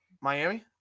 Miami